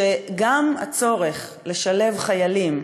שגם הצורך לשלב חיילים,